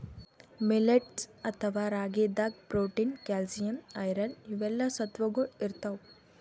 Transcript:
millets ಅಥವಾ ರಾಗಿದಾಗ್ protein, calcium, iron ಇವೆಲ್ಲಾ ಸತ್ವಗೊಳ್ ಇರ್ತವ್